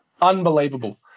Unbelievable